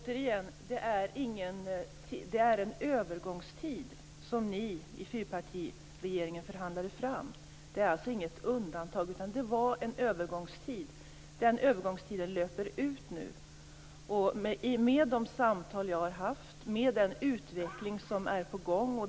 Fru talman! Återigen: Det var en övergångstid som ni i fyrpartiregeringen förhandlade fram. Det var alltså inget undantag, utan det var en övergångstid, som nu löper ut. Men jag har fört samtal, och en utveckling är på gång.